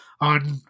on